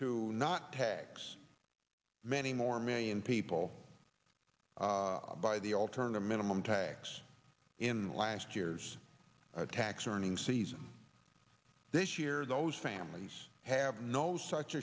to not tax many more million people by the alternative minimum tax in last year's tax earning season this year those families have no such